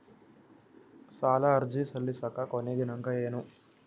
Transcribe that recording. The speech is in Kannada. ಸಾಲ ಅರ್ಜಿ ಸಲ್ಲಿಸಲಿಕ ಕೊನಿ ದಿನಾಂಕ ಏನು?